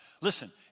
Listen